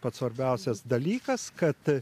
pats svarbiausias dalykas kad